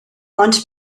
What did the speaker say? months